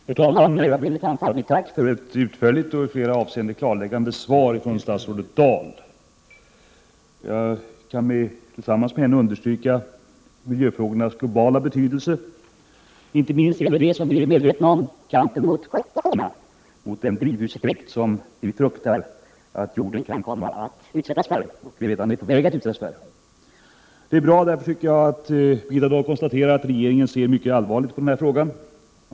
Herr talman! Jag vill framföra mitt tack för ett utförligt och i flera avseenden klarläggande svar från statsrådet Dahl. Jag vill, liksom hon, understryka miljöfrågornas globala betydelse. Inte minst gäller det kampen mot koldioxiderna, mot den drivhuseffekt som jorden kan komma att utsättas för och som redan är på väg. Det är därför bra att Birgitta Dahl anger att regeringen ser mycket allvarligt på den frågan.